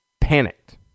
panicked